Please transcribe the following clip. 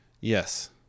Yes